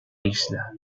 isla